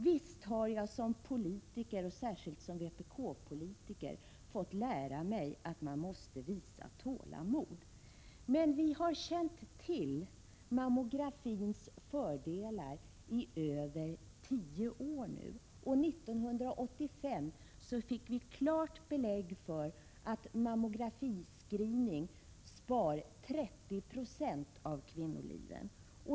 Visst har jag som politiker, och särskilt som vpk-politiker, fått lära mig att man måste visa tålamod. Men vi har känt till mammografins fördelar i över tio år nu. År 1985 fick vi klart belägg för att mammografiscreening sparar 30 26 av kvinnoliven.